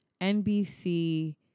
NBC